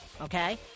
okay